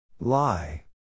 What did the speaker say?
Lie